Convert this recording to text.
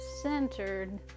centered